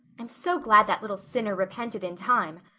i'm so glad that little sinner repented in time.